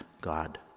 God